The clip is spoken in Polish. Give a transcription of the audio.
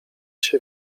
się